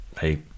Hey